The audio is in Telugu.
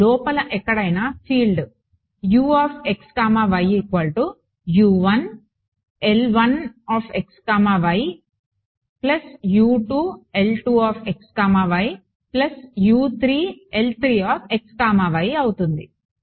లోపల ఎక్కడైనా ఫీల్డ్ అవుతుంది